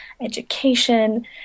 education